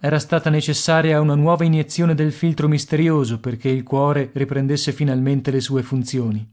era stata necessaria una nuova iniezione del filtro misterioso perché il cuore riprendesse finalmente le sue funzioni